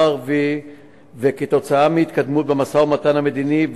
הערבי כתוצאה מהתקדמות במשא-ומתן המדיני,